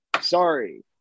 Sorry